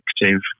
effective